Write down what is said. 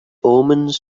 omens